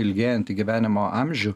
ilgėjantį gyvenimo amžių